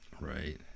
Right